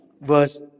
verse